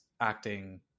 acting